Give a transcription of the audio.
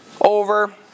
over